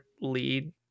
lead